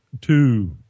two